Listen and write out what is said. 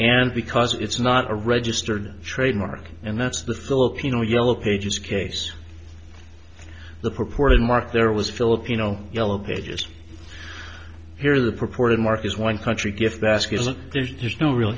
and because it's not a registered trademark and that's the filipino yellow pages case the purported mark there was filipino yellow pages here the purported mark is one country gift baskets and there is no real